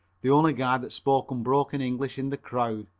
the only guy that spoke unbroken english in the crowd.